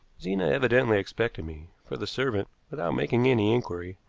zena evidently expected me, for the servant, without making any inquiry,